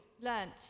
learnt